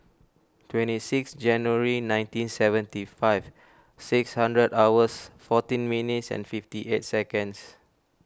twenty six January nineteen seventy five six hundred hours fourteen minutes and fifty eight seconds